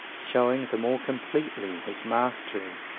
showing, the more completely, his mastery,